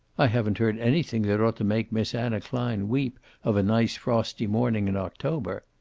i haven't heard anything that ought to make miss anna klein weep of a nice, frosty morning in october.